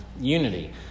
Unity